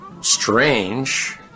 strange